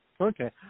Okay